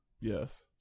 Yes